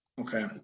Okay